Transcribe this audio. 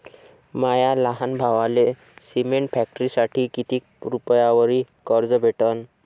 माया लहान भावाले सिमेंट फॅक्टरीसाठी कितीक रुपयावरी कर्ज भेटनं?